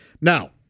Now